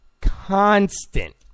constant